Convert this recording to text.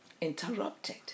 interrupted